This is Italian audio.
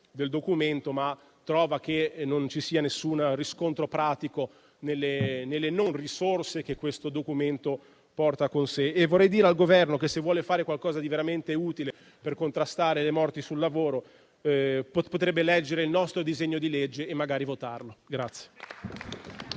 del documento, ma troviamo che non ci sia alcun riscontro pratico nella mancanza di risorse che questo documento porta con sé. Vorrei dire al Governo che, se vuole fare qualcosa di veramente utile per contrastare le morti sul lavoro, potrebbe leggere il nostro disegno di legge e magari farlo votare.